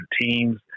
teams